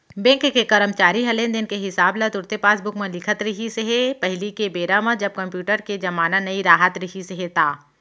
bank के करमचारी ह लेन देन के हिसाब ल तुरते पासबूक म लिखत रिहिस हे पहिली बेरा म जब कम्प्यूटर के जमाना नइ राहत रिहिस हे ता